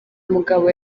mugabo